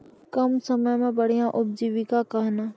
कम समय मे बढ़िया उपजीविका कहना?